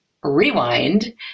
rewind